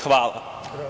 Hvala.